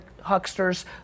hucksters